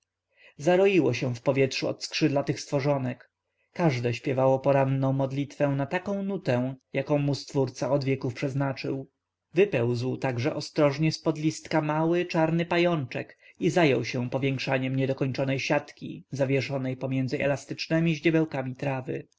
dziennego zaroiło się w powietrzu od skrzydlatych stworzonek każde śpiewało poranną modlitwę na taką nutę jaką mu stwórca od wieków przeznaczył wypełzł także ostrożnie z pod listka mały czarny pajączek i zajął się powiększaniem niedokończonej siatki zawieszonej pomiędzy elastycznemi ździebełkami trawy